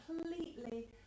completely